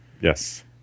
Yes